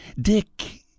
Dick